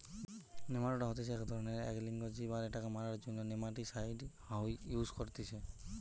nematoda হতিছে এক ধরণেরএক লিঙ্গ জীব আর এটাকে মারার জন্য নেমাটিসাইড ইউস করতিছে